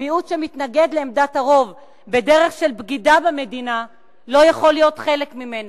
ומיעוט שמתנגד לעמדת הרוב בדרך של בגידה במדינה לא יכול להיות חלק ממנה.